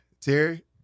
Terry